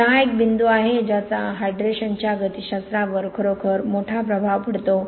तर हा एक बिंदू आहे ज्याचा हायड्रेशनच्या गतीशास्त्रावर खरोखर मोठा प्रभाव पडतो